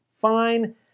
fine